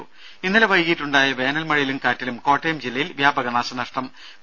രും ഇന്നലെ വൈകിട്ടുണ്ടായ വേനൽ മഴയിലും കാറ്റിലും കോട്ടയം ജില്ലയിൽ വ്യാപക നാശനഷ്ടമുണ്ടായി